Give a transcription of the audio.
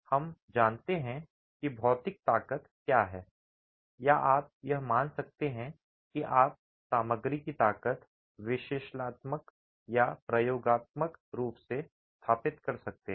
हम जानते हैं कि भौतिक ताकत क्या है या आप यह मान सकते हैं कि आप सामग्री की ताकत विश्लेषणात्मक या प्रयोगात्मक रूप से स्थापित कर सकते हैं